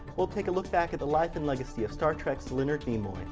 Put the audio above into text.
we'll take a look back at the life and legacy of star trek's leonard nimoy.